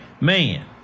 man